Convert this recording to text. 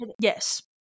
Yes